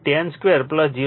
તેથી 10 2 0